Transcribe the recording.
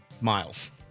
miles